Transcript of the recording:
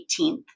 18th